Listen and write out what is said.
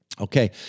Okay